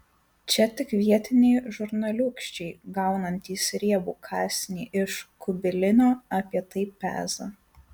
čia tik vietiniai žurnaliūkščiai gaunantys riebų kasnį iš kubilinio apie tai peza